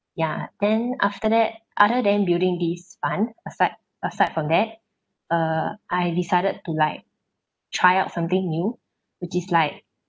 ya then after that other than building this fund aside aside from that uh I decided to like try out something new which is like